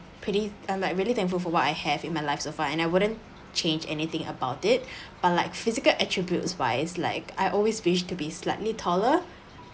pretty and like really thankful for what I have in my life so far and I wouldn't change anything about it or like physical attributes wise like I always wished to be slightly taller